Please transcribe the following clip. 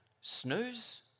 snooze